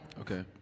Okay